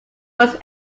west